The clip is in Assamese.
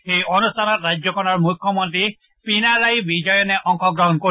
এই অনুষ্ঠানত ৰাজ্যখনৰ মুখ্যমন্ত্ৰী পিনাৰায়ি বিজয়নে অংশগ্ৰহণ কৰিব